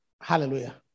Hallelujah